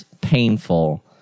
painful